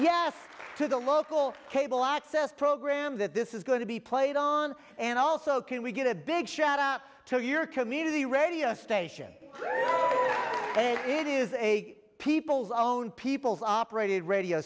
yes to the local cable access program that this is going to be played on and also can we get a big shout out to your community radio station it is a people's own people's operated radio